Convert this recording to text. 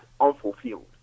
unfulfilled